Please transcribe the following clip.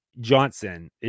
Johnson